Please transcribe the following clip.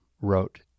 wrote